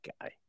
guy